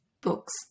books